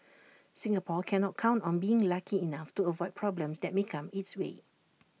Singapore cannot count on being lucky enough to avoid problems that may come its way